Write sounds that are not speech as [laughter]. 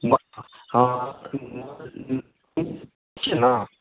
हँ [unintelligible] छी ने